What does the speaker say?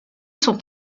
sont